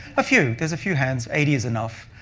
a few. there's a few hands. eighty is enough.